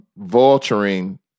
vulturing